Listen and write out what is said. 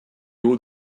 haut